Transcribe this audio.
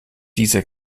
dieser